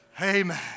Amen